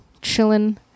chilling